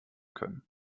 können